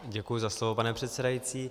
Děkuji za slovo, pane předsedající.